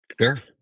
Sure